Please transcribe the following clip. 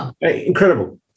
incredible